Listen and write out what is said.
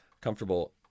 comfortable